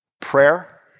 prayer